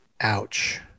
ouch